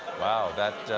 wow, that